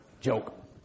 Joke